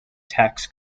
tax